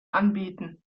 anbieten